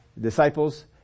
disciples